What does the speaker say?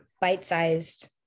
bite-sized